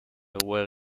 where